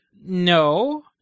No